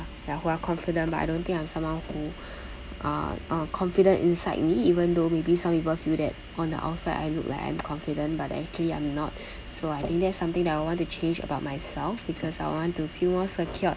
ya who are confident but I don't think I'm someone who uh are confident inside me even though maybe some people feel that on the outside I look like I'm confident but actually I'm not so I think that's something that I would want to change about myself because I want to feel more secured